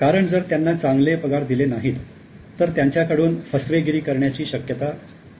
कारण जर त्यांना चांगले पगार दिले नाहीत तर त्यांच्याकडून फसवेगिरी करण्याची शक्यता राहू शकते